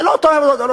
זה לא אותו דבר.